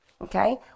okay